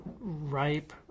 ripe